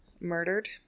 murdered